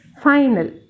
final